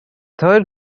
third